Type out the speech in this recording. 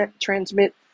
transmit